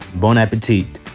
bon appetite.